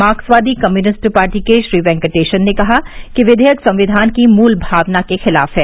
मार्क्सवादी communist party के श्री वेंकटेशन ने कहा कि विधेयक संविधान की मूल भावना के खिलाफ है